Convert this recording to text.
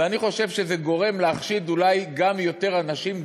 אני חושב שזה גורם אולי להחשיד גם יותר אנשים.